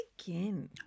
again